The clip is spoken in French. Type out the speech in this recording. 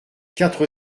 quatre